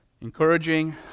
encouraging